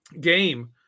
game